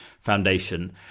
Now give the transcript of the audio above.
foundation